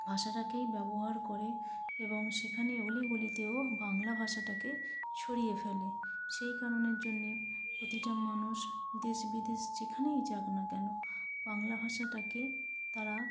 ভাষাটাকেই ব্যবহার করে এবং সেখানে অলিগলিতেও বাংলা ভাষাটাকে ছড়িয়ে ফেলে সে কারণের জন্যে প্রতিটা মানুষ দেশ বিদেশ যেখানেই যাক না কেন বাংলা ভাষাটাকে তারা